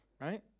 right